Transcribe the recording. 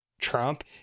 Trump